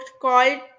called